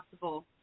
possible